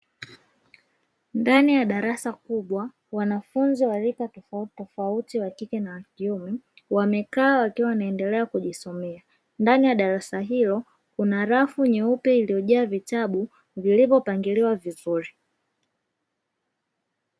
Ndani ya darasa kubwa, wanafunzi wa rika tofauti tofauti, wa kike na wa kiume, wamekaa wakiwa wanaendelea kujisomea. Ndani ya darasa hilo, kuna rafu nyeupe iliyojaa vitabu vilivyopangiliwa vizuri.